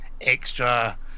extra